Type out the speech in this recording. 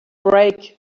break